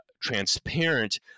transparent